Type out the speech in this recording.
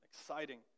exciting